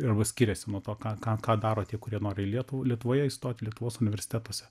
arba skiriasi nuo to ką ką ką daro tie kurie nori į lietuvą lietuvoje įstoti lietuvos universitetuose